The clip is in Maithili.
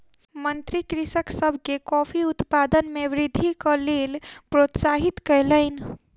मंत्री कृषक सभ के कॉफ़ी उत्पादन मे वृद्धिक लेल प्रोत्साहित कयलैन